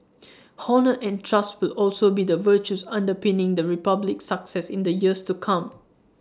honour and trust will also be the virtues underpinning the republic's success in the years to come